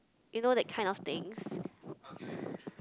you know that kind of things